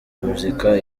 muzika